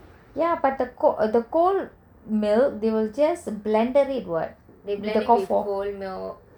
ya but the cold milk they will just blended it [what]